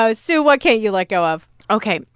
so sue, what can't you let go of? ok.